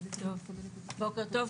בוקר טוב,